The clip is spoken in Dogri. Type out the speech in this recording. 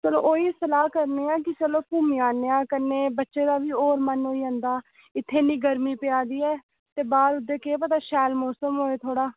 चलो ओतां केह् पता शैल मौसम ह् ही सलाह् करनेआं कि चलो घुम्मी आन्ने आं ते बच्चें दा बी होर मन होई जंदा इत्थै इ'न्नी गर्मी पवै दी ऐ होग थोह्ड़ा